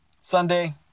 Sunday